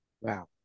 Wow